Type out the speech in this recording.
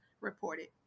reported